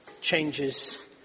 changes